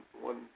one